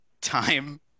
time